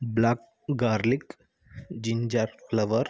black garlic ginger flower